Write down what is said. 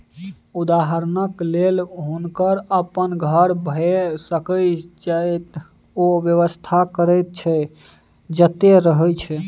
उदहारणक लेल हुनकर अपन घर भए सकैए जतय ओ व्यवसाय करैत छै या जतय रहय छै